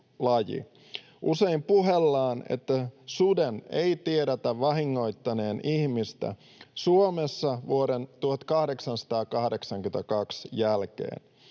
Usein puhellaan, että suden ei tiedetä vahingoittaneen ihmistä Suomessa vuoden 1882 jälkeen.